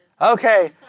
Okay